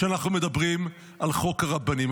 כשאנחנו מדברים על חוק הרבנים.